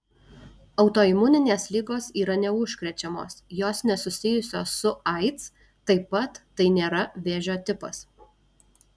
autoimuninės ligos yra neužkrečiamos jos nesusijusios su aids taip pat tai nėra vėžio tipas